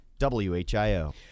WHIO